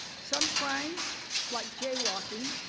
some crimes like jaywalking.